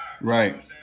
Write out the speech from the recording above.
Right